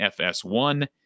FS1